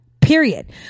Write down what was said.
period